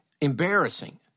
Embarrassing